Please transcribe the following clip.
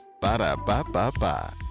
Ba-da-ba-ba-ba